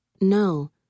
No